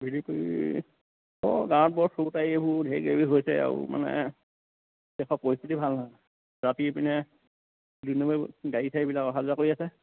দেৰি কৰি অঁ গাঁৱত বৰ এইবােৰ ধেৰ কিবা কিবি হৈছে আৰু মানে পৰিস্থিতি ভাল নহয় ৰাতি এইপিনে দুই নম্বৰি গাড়ী চাৰীবিলাক অহা যোৱা কৰি আছে